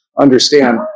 understand